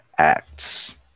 acts